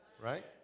Right